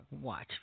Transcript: Watch